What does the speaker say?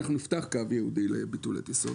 ואנחנו נפתח קו ייעודי לביטול הטיסות,